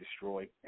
destroyed